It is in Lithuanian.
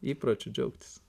įpročiu džiaugtis